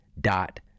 dot